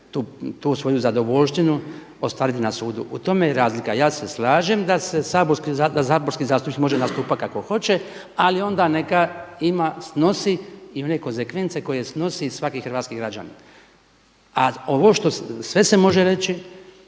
tu svoju zadovoljštinu ostvariti na sudu. U tome je razlika. Ja se slažem da saborski zastupnik može nastupati kako hoće ali onda neka snosi i one konzekvence koje snosi svaki hrvatski građanin. A ovo, sve se može reći,